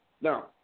now